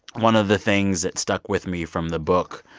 one of the things that stuck with me from the book,